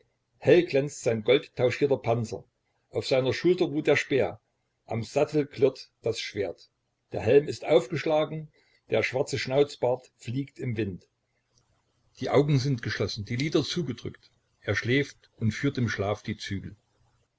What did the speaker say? hell glänzt sein goldtauschierter panzer auf seiner schulter ruht der speer am sattel klirrt das schwert der helm ist aufgeschlagen der schwarze schnauzbart fliegt im wind die augen sind geschlossen die lider zugedrückt er schläft und führt im schlaf die zügel